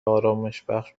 آرامشبخش